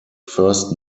first